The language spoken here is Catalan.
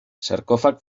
sarcòfag